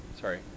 sorry